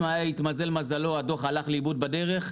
אם התמזל מזלו, הדוח הלך לאיבוד בדרך.